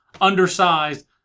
undersized